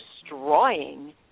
Destroying